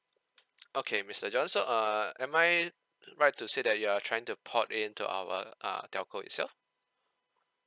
okay mister john so err am I right to say that you are trying to port into our err telco itself